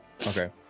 okay